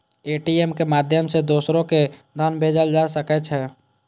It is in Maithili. ए.टी.एम के माध्यम सं दोसरो कें धन भेजल जा सकै छै